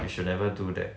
you should never do that